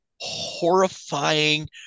horrifying